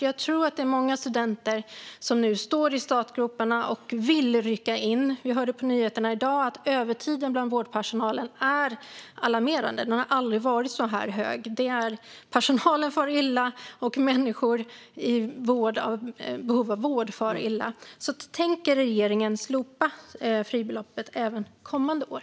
Jag tror att många studenter nu står i startgroparna och vill rycka in. Jag hörde på nyheterna i dag att övertiden bland vårdpersonalen är alarmerande. Den har aldrig varit så hög. Personalen far illa, och människor i behov av vård far illa. Tänker regeringen slopa fribeloppet även för kommande år?